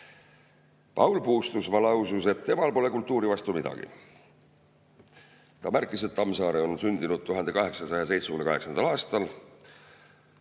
Paul Puustusmaa lausus, et temal pole kultuuri vastu midagi. Ta märkis, et Tammsaare on sündinud 1878. aastal.